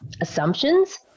assumptions